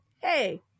hey